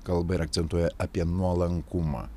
kalba ir akcentuoja apie nuolankumą